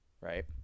right